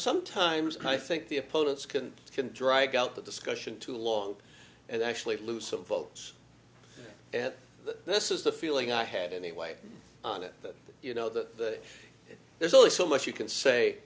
sometimes i think the opponents can can drag out the discussion too long and actually lose some votes and this is the feeling i had anyway on it that you know that there's only so much you can say